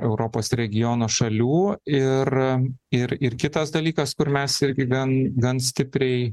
europos regiono šalių ir ir ir kitas dalykas kur mes irgi gan gan stipriai